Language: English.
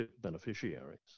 beneficiaries